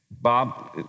Bob